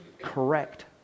correct